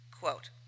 Quote